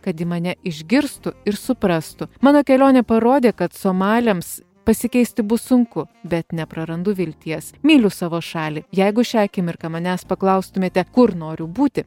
kad ji mane išgirstų ir suprastų mano kelionė parodė kad somaliams pasikeisti bus sunku bet neprarandu vilties myliu savo šalį jeigu šią akimirką manęs paklaustumėte kur noriu būti